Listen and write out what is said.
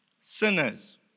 Sinners